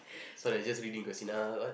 so I just reading Grozzila what